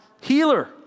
healer